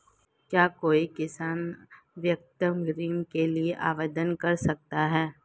क्या कोई किसान व्यक्तिगत ऋण के लिए आवेदन कर सकता है?